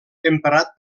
emprat